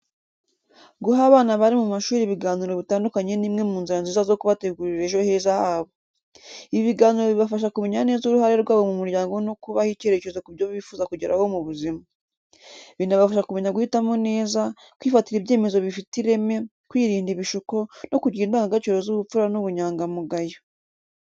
Guha abana bari mu mashuri ibiganiro bitandukanye ni imwe mu nzira nziza zo kubategurira ejo heza habo. Ibi biganiro bibafasha kumenya neza uruhare rwabo mu muryango no kubaha icyerekezo ku byo bifuza kugeraho mu buzima. Binabafasha kumenya guhitamo neza, kwifatira ibyemezo bifite ireme, kwirinda ibishuko, no kugira indangagaciro z’ubupfura n’ubunyangamugayo.